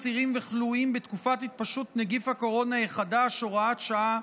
אסירים וכלואים בתקופת התפשטות נגיף הקורונה החדש (הוראת שעה),